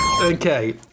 Okay